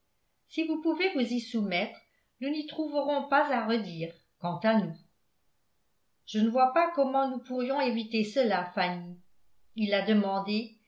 si vous pouvez vous y soumettre nous n'y trouverons pas à redire quant à nous je ne vois pas comment nous pourrions éviter cela fanny il l'a demandé